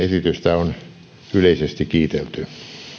on yleisesti kiitelty